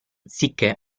sicché